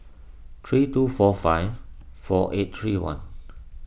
three two four five four eight three one